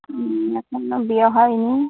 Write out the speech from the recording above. হুম এখন না বিয়ে হয় নি